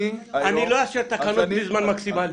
אני לא אאשר תקנות בלי זמן מקסימלי.